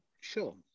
sure